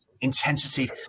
intensity